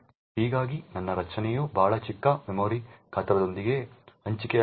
ಹೀಗಾಗಿ ನನ್ನ ರಚನೆಯು ಬಹಳ ಚಿಕ್ಕ ಮೆಮೊರಿ ಗಾತ್ರದೊಂದಿಗೆ ಹಂಚಿಕೆಯಾಗುತ್ತದೆ